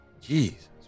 Jesus